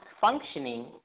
functioning